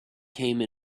came